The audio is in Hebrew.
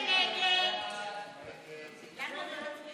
ההצעה להעביר לוועדה את הצעת חוק צער בעלי חיים (הגנה על בעלי חיים)